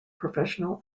professional